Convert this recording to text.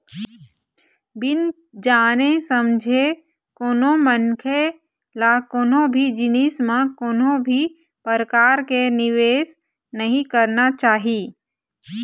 बिन जाने समझे कोनो मनखे ल कोनो भी जिनिस म कोनो भी परकार के निवेस नइ करना चाही